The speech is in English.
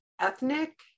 ethnic